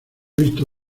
visto